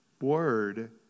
word